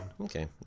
Okay